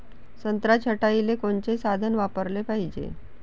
संत्रा छटाईले कोनचे साधन वापराले पाहिजे?